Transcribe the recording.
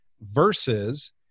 versus